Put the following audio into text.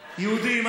יהודים,